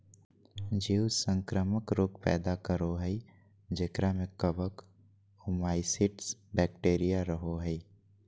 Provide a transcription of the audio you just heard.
जीव संक्रामक रोग पैदा करो हइ जेकरा में कवक, ओमाइसीट्स, बैक्टीरिया रहो हइ